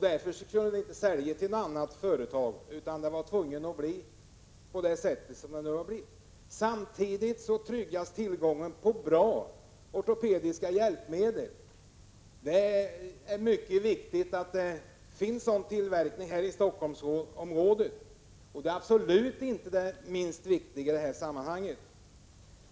Därför kunde man inte sälja till något annat företag, utan det måste bli på det sätt som det nu har blivit. Samtidigt tryggas tillgången till bra ortopediska hjälpmedel. Det är viktigt att det finns en sådan tillverkning i Stockholmsområdet — det är absolut inte det minst viktiga i sammanhanget.